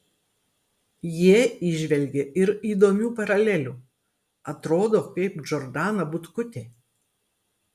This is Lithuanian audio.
jie įžvelgė ir įdomių paralelių atrodo kaip džordana butkutė